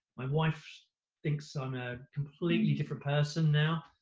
my wife thinks i'm a completely different person now.